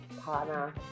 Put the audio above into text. partner